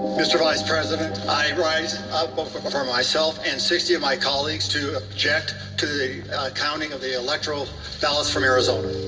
mr. vice president, i'm rising up for myself and sixty of my colleagues to object to the counting of the electoral ballots from arizona.